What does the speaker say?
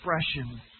expression